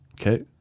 Okay